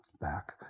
back